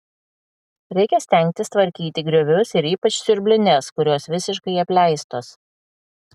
reikia stengtis tvarkyti griovius ir ypač siurblines kurios visiškai apleistos